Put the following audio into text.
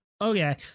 Okay